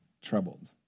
troubled